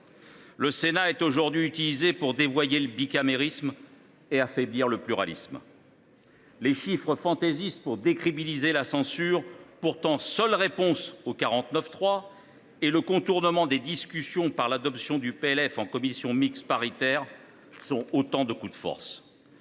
Le Sénat est aujourd’hui utilisé pour dévoyer le bicamérisme et affaiblir le pluralisme. Les chiffrages fantaisistes pour décrédibiliser la censure, pourtant seule réponse possible au 49.3, et le contournement des discussions par l’adoption du projet de loi de finances (PLF) en commission mixte paritaire sont autant de coups de force.